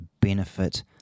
benefit